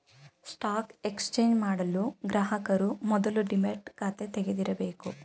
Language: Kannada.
ಸ್ಟಾಕ್ ಎಕ್ಸಚೇಂಚ್ ಮಾಡಲು ಗ್ರಾಹಕರು ಮೊದಲು ಡಿಮ್ಯಾಟ್ ಖಾತೆ ತೆಗಿದಿರಬೇಕು